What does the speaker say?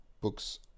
books